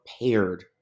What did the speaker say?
prepared